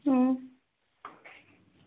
अं